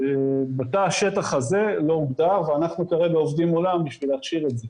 בתא השטח הזה לא הוגדר ואנחנו כרגע עובדים מולם בשביל להכשיר את זה.